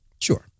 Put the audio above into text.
Sure